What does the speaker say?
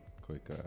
quick